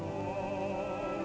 oh